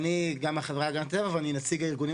אני גם מהחברה להגנת הטבע ואני נציג הארגונים